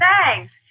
Thanks